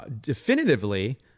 definitively